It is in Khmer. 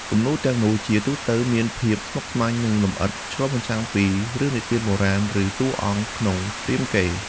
គំនូរទាំងនោះជាទូទៅមានភាពស្មុគស្មាញនិងលម្អិតឆ្លុះបញ្ចាំងពីរឿងនិទានបុរាណឬតួអង្គក្នុងរាមកេរ្តិ៍។